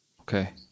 Okay